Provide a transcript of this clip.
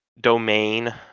domain